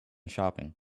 shopping